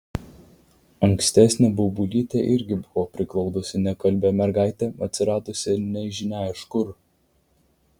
ankstesnė bobulytė irgi buvo priglaudusi nekalbią mergaitę atsiradusią nežinia iš kur